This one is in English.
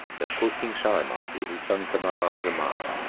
that quoth king shahriman to his son kamar al-zaman,